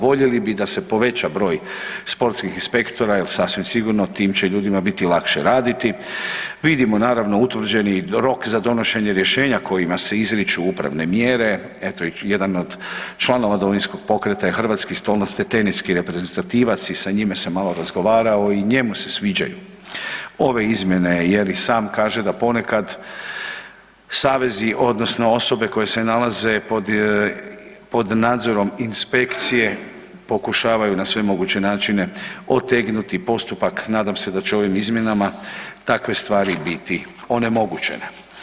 Voljeli bi da se poveća broj sportskih inspektora jel sasvim sigurno tim će ljudima biti lakše raditi, vidimo naravno utvrđeni rok za donošenje rješenja kojima se izriču upravne mjere, eto jedan od članova Domovinskog pokreta je hrvatski stolnoteniski reprezentativac i sa njime sam malo razgovarao i njemu se sviđaju ove izmjene jer i sam kaže da ponekad savezi odnosno osobe koje se nalaze pod, pod nadzorom inspekcije pokušavaju na sve moguće načine otegnuti postupak, nadam se da će ovim izmjenama takve stvari biti onemogućene.